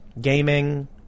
gaming